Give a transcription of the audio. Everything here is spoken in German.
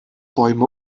bäume